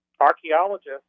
Archaeologists